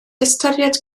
ystyried